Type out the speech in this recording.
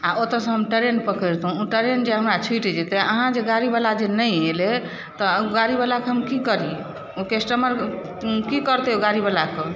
आ ओतऽ सँ हम ट्रेन पकड़ितहुॅं ओ ट्रेन जे हमरा छूटि जाइत तऽ अहाँ जे गाड़ी बला जे नहि अयलै तऽ ओ गाड़ी बलाके हम की करिए ओ कस्टमर की करतै ओ गाड़ी बलाके